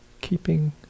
keeping